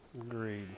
Agreed